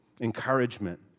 encouragement